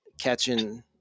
catching